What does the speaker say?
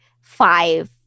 five